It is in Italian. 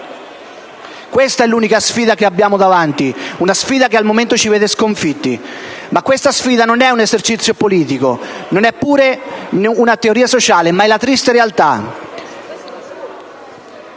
Questa è l'unica sfida che abbiamo davanti, una sfida che al momento ci vede sconfitti; ma questa sfida non è un esercizio politico, non è pura teoria sociale, ma è la triste realtà.